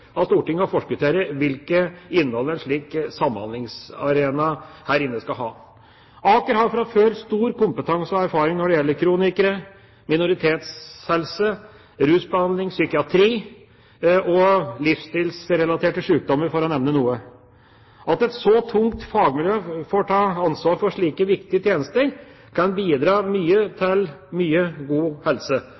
av Stortinget å forskuttere hvilket innhold en slik samhandlingsarena skal ha. Aker har fra før av stor kompetanse og erfaring når det gjelder kronikere, minoritetshelse, rusbehandling, psykiatri og livsstilsrelaterte sykdommer, for å nevne noe. At et så tungt fagmiljø får ta ansvar for slike viktige tjenester, kan bidra mye til mye god helse.